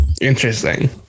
Interesting